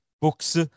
books